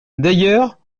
d’ailleurs